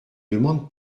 demande